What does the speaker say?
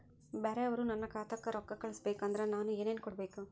ಬ್ಯಾರೆ ಅವರು ನನ್ನ ಖಾತಾಕ್ಕ ರೊಕ್ಕಾ ಕಳಿಸಬೇಕು ಅಂದ್ರ ನನ್ನ ಏನೇನು ಕೊಡಬೇಕು?